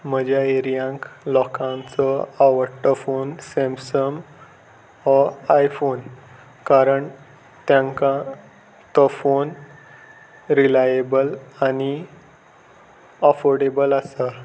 म्हज्या एरियक लोकांचो आवडटो फोन सॅमसम वो आयफोन कारण तांकां तो फोन रिलायएबल आनी अफोर्डेबल आसा